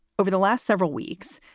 over the last several weeks,